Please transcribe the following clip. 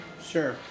Sure